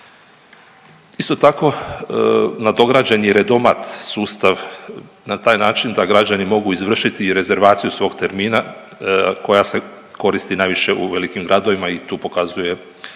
Isto tako, nadograđen je i redomat sustav, na taj način da građani mogu izvršiti i rezervaciju svog termina koja se koristi najviše u velikim gradovima i tu pokazuje najbolje